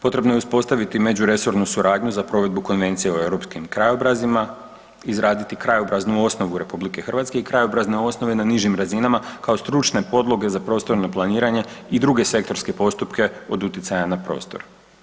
Potrebno je uspostaviti međuresornu suradnju za provedbu Konvencije o europskim krajobrazima, izraditi krajobraznu osnovu RH i krajobrazne osnove na nižim razinama kao stručne podloge za prostorno planiranje i druge sektorske postupke od utjecaja na prostor.